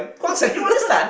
Guang-Xiang you understand